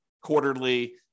quarterly